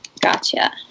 Gotcha